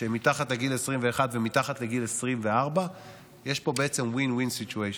שהם מתחת לגיל 21 ומתחת לגיל 24. יש פה בעצם win-win situation,